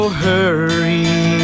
hurry